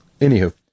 Anywho